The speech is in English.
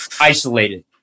isolated